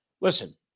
Listen